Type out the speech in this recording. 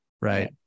right